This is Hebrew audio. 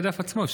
בדף עצמו.